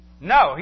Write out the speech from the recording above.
No